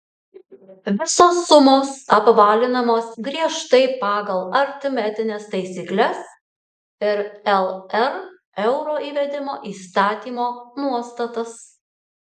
visos sumos apvalinamos griežtai pagal aritmetines taisykles ir lr euro įvedimo įstatymo nuostatas